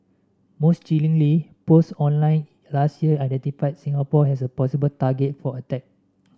most chillingly post online last year identified Singapore as a possible target for attack